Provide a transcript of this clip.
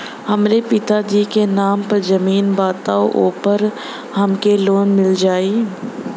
हमरे पिता जी के नाम पर जमीन बा त ओपर हमके लोन मिल जाई?